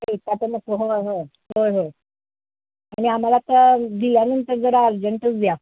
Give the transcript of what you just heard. होय होय होय होय आणि आम्हाला आता दिल्यानंतर जरा अर्जंटच द्या